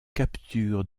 capture